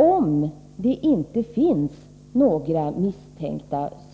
Om det inte finns några